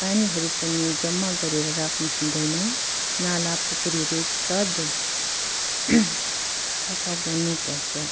पानीहरू पनि जम्मा गरेर राख्नु हुँदैन नाला पोखरीहरू सधैँ सफा गर्नु पर्छ